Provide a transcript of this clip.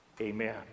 Amen